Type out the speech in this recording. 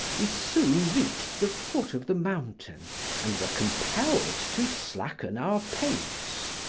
we soon reached the foot of the mountain and were compelled to slacken our pace.